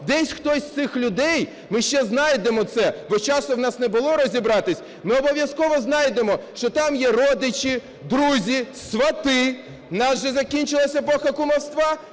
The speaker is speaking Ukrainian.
десь хтось з цих людей, ми ще знайдемо це, бо часу у нас не було розібратись, ми обов'язково знайдемо, що там є родичі, друзі, свати. У нас же закінчилась епоха кумівства.